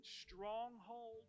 stronghold